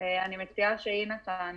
שיש לה שני ילדים קטנים.